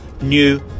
new